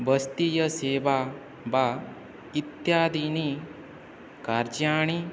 वस्तीयसेवा वा इत्यादीनि कार्याणि